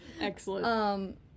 Excellent